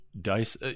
dice